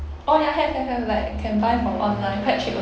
oh ya have have have like can buy from online quite cheap one